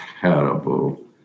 terrible